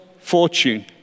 fortune